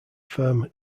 firm